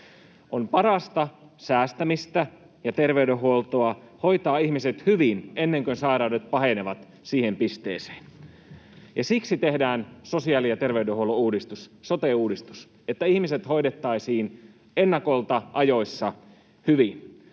On parasta säästämistä ja terveydenhuoltoa hoitaa ihmiset hyvin ennen kuin sairaudet pahenevat siihen pisteeseen. Siksi tehdään sosiaali‑ ja terveydenhuollon uudistus, sote-uudistus, että ihmiset hoidettaisiin ennakolta, ajoissa, hyvin.